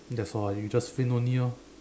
that's all ah you just faint only orh